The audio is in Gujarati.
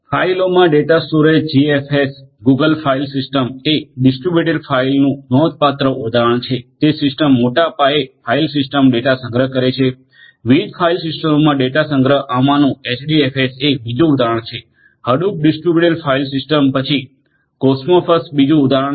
ફાઇલોમાં data storage GFS Google file સિસ્ટમએ ડિસ્ટ્રિબ્યુટેડ ફાઇલનું નોંધપાત્ર ઉદાહરણ છે જે સિસ્ટમ મોટાપાયે ફાઇલ સિસ્ટમ ડેટા સંગ્રહ કરે છે વિવિધ ફાઇલ સિસ્ટમોમાં ડેટા સંગ્રહ આમાંનું એચડીએફએસ એ બીજું ઉદાહરણ છે હડુપ ડિસ્ટ્રિબ્યુટેડ ફાઇલ સિસ્ટમ પછી કોસ્મોસ્ફ્સ બીજું ઉદાહરણ છે